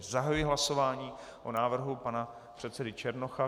Zahajuji hlasování o návrhu pana předsedy Černocha.